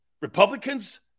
Republicans